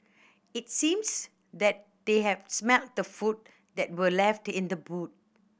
it seems that they had smelt the food that were left in the boot